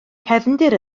cefndir